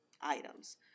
items